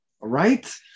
Right